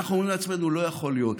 אנחנו אומרים לעצמנו: לא יכול להיות.